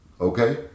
Okay